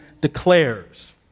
declares